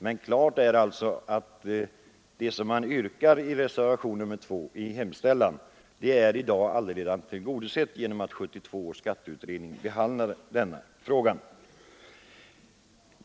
Men klart är att det som begärs i hemställan i reservationen 2 redan är tillgodosett genom att 1972 års skatteutredning behandlar denna fråga.